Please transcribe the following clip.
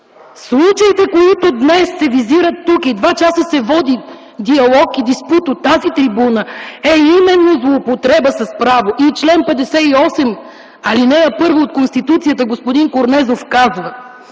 Случаите, които днес се визират тук и два часа се води диалог и диспут от тази трибуна, е именно злоупотреба с право. Член 58, ал. 1 от Конституцията, господин Корнезов, казва: